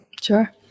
Sure